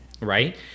right